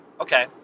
okay